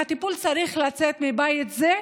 הטיפול צריך לצאת מהבית הזה,